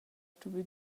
stuvü